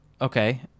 Okay